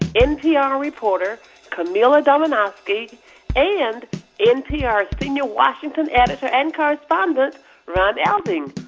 npr reporter camila domonoske and npr senior washington editor and correspondent ron elving.